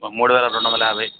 మూడు వేల రెండొందల యాభై